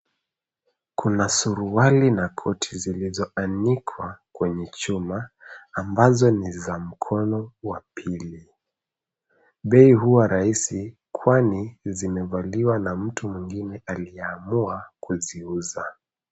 Kuna suruali na koti zilizoanikwa kwenye chuma, ambazo ni za mkono wa pili. Bei huwa rahisi, kwani zimevaliwa na mtu mwingine aliyeamua kuziuza.